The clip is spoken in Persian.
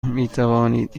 میتوانید